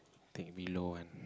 take below one